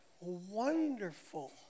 wonderful